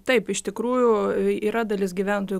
taip iš tikrųjų yra dalis gyventojų